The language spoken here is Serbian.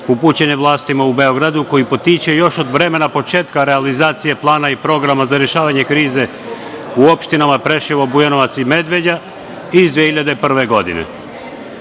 upućen vlastima u Beogradu koji potiče još od vremena početka realizacije plana i programa za rešavanje krize u opštinama Preševo, Bujanovac i Medveđa iz 2001. godine. Ovaj